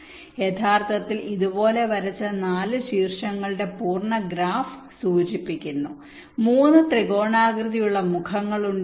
ഇത് യഥാർത്ഥത്തിൽ ഇതുപോലെ വരച്ച 4 ശീർഷങ്ങളുടെ പൂർണ്ണ ഗ്രാഫ് സൂചിപ്പിക്കുന്നു 3 ത്രികോണാകൃതിയിലുള്ള മുഖങ്ങളുണ്ട്